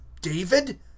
David